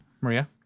Maria